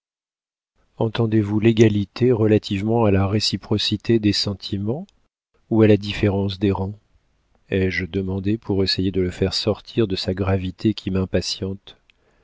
entendez-vous l'égalité relativement à la réciprocité des sentiments ou à la différence des rangs ai-je demandé pour essayer de le faire sortir de sa gravité qui m'impatiente